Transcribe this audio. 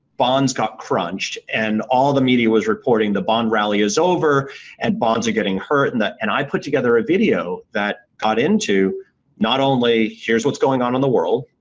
bonds got crunched and all of the media was reporting, the bond rally is over and bonds are getting hurt, and and i put together a video that caught into not only here's what's going on in the world,